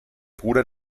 bruder